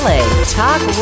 Talk